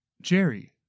Jerry